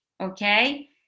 Okay